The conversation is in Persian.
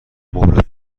مبلت